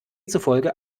zufolge